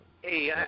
Hey